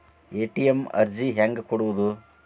ATM ಅರ್ಜಿ ಹೆಂಗೆ ಕೊಡುವುದು?